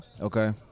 Okay